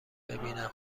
ببینن